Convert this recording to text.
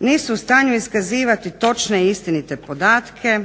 nisu u stanju iskazivati točne i istinite podatke,